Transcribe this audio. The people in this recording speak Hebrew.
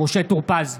משה טור פז,